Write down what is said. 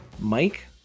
Mike